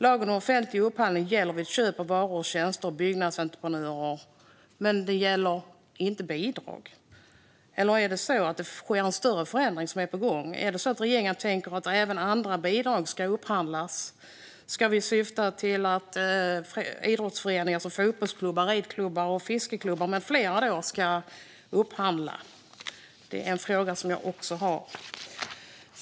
Lagen om offentlig upphandling gäller vid köp av varor och tjänster och byggnadsentreprenörer. Men den gäller inte bidrag. Eller är det en större förändring som är på gång? Tänker regeringen att även andra bidrag ska upphandlas? Ska vi syfta till att idrottsföreningar, fotbollsklubbar, ridklubbar, fiskeklubbar med flera ska upphandla? Det är också en fråga som jag har.